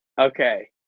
Okay